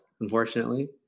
unfortunately